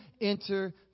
enter